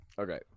Okay